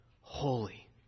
holy